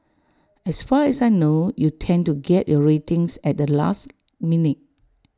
as far as I know you tend to get your ratings at the last minute